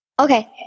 okay